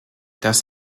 das